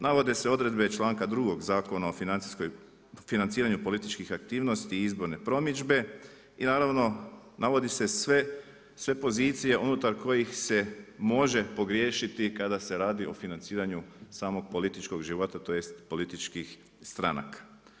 Navode se odredbe čl.2 Zakona o financiranju političkih aktivnosti i izborne promidžbe i naravno navodi se sve pozicije unutar koji se može pogriješiti kada se radi o financiranju samog političkog života, tj. političkih stranaka.